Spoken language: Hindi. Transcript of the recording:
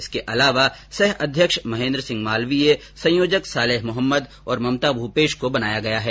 इसके अलावा सह अध्यक्ष महेंद्र सिंह मालवीय संयोजक सलेह मोहम्मद और ममता भूपेश को बनाया गया है